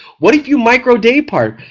what if you micro daypart,